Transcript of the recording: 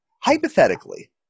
Hypothetically